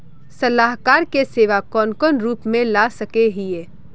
सलाहकार के सेवा कौन कौन रूप में ला सके हिये?